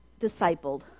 discipled